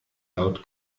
laut